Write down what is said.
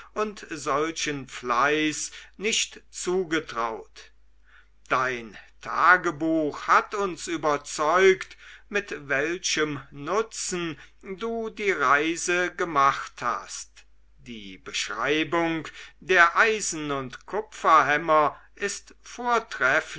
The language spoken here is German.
und solchen fleiß nicht zugetraut dein tagebuch hat uns überzeugt mit welchem nutzen du die reise gemacht hast die beschreibung der eisen und kupferhämmer ist